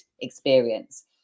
experience